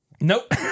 Nope